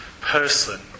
person